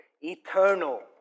eternal